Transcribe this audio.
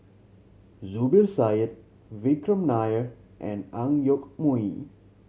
Zubir Said Vikram Nair and Ang Yoke Mooi